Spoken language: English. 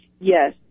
Yes